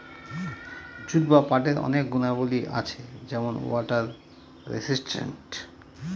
jute বা পাটের অনেক গুণাবলী আছে যেমন ওয়াটার রেসিস্টেন্ট